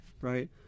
right